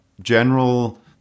general